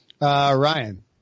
Ryan